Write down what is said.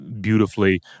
beautifully